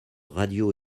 radio